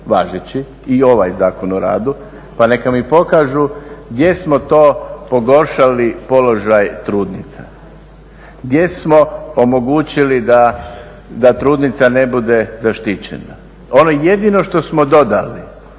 i ovaj Zakon o radu pa neka mi pokažu gdje smo to pogoršali položaj trudnica, gdje smo omogućili da trudnica ne bude zaštićena. Ono jedino što smo dodali,